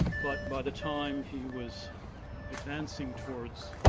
but by the time he was advancing towards